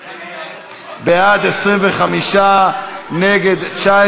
אין בעיה, אני אעדכן אתכם.